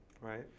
Right